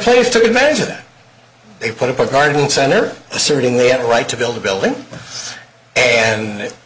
place to measure that they put up a garden center asserting they have a right to build a building and it